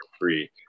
free